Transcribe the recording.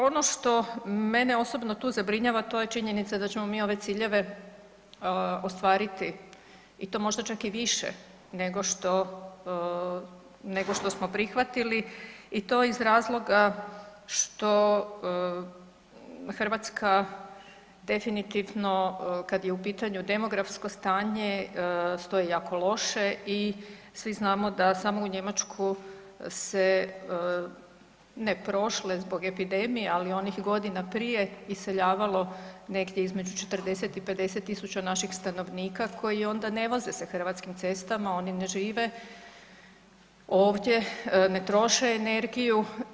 Ono što mene osobno tu zabrinjava to je činjenica da ćemo mi ove ciljeve ostvariti i to možda čak i više nego što smo prihvatili i to iz razloga što Hrvatska definitivno kada je u pitanju demografsko stanje stoji jako loše i svi znamo da samo u Njemačku se ne prošle zbog epidemije, ali onih godina prije iseljavalo negdje između 40 i 50 000 naših stanovnika koji onda ne voze se hrvatskim cestama, oni ne žive ovdje, ne troše energiju.